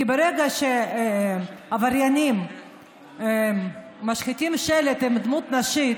כי ברגע שעבריינים משחיתים שלט עם דמות נשית